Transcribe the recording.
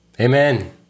Amen